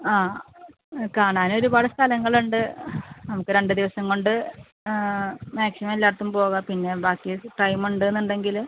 ആ കാണാൻ ഒരുപാട് സ്ഥലങ്ങളുണ്ട് നമുക്ക് രണ്ട് ദിവസം കൊണ്ട് മാക്സിമം എല്ലായിടത്തും പോകാം പിന്നെ ബാക്കി ടൈം ഉണ്ടെന്നുണ്ടെങ്കിൽ